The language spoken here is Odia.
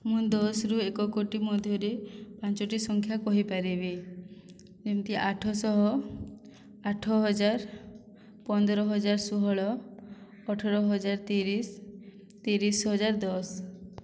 ମୁଇଁ ଦଶରୁ ଏକ କୋଟି ମଧ୍ୟରେ ପାଞ୍ଚଟି ସଂଖ୍ୟା କହିପାରିବି ଯେମିତି ଆଠଶହ ଆଠ ହଜାର ପନ୍ଦର ହଜାର ଷୋହଳ ଅଠର ହଜାର ତିରିଶ ତିରିଶ ହଜାର ଦଶ